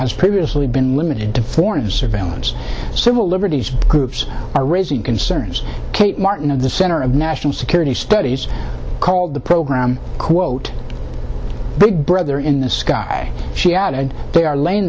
has previously been limited to foreign surveillance civil liberties groups are raising concerns kate martin of the center of national security studies called the program quote big brother in the sky she added they are laying